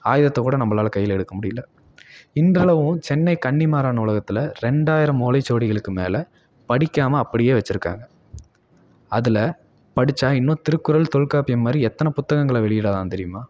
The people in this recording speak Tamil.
ஆயுதத்தைக்கூட நம்மளால கையில் எடுக்கமுடியல இன்றளவும் சென்னை கன்னிமாரா நூலகத்தில் ரெண்டாயிரம் ஓலைச்சுவடிகளுக்கு மேலே படிக்காமல் அப்படியே வச்சிருக்காங்க அதில் படித்தா இன்னும் திருக்குறள் தொல்காப்பியம் மாதிரி எத்தனை புத்தகங்களை வெளியிடலாம் தெரியுமா